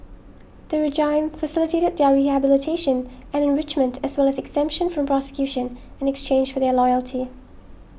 the regime facilitated their rehabilitation and enrichment as well as exemption from prosecution in exchange for their loyalty